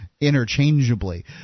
interchangeably